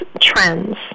trends